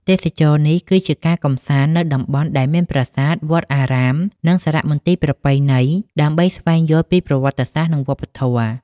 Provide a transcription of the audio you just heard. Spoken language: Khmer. ទេសចរណ៍នេះ គឺជាការកំសាន្តនៅតំបន់ដែលមានប្រាសាទ វត្តអារាម និងសារមន្ទីរប្រពៃណីដើម្បីស្វែងយល់ពីប្រវត្តិសាស្រ្ត និងវប្បធម៌។